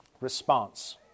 response